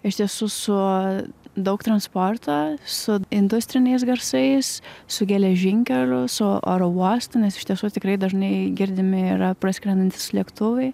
iš tiesų su daug transporto su industriniais garsais su geležinkeliu su oro uostu nes iš tiesų tikrai dažnai girdimi yra praskrendantys lėktuvai